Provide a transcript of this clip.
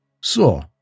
So